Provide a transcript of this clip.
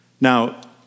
Now